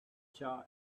joy